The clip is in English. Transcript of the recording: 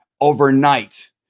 Overnight